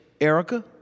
Erica